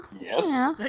Yes